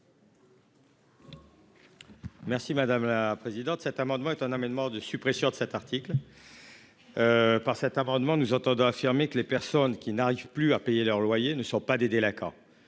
Merci madame la présidente. Cet amendement est un amendement de suppression de cet article. Par cet amendement. Nous entendons affirmer que les personnes qui n'arrivent plus à payer leurs loyers ne sont pas des délinquants.